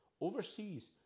Overseas